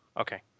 okay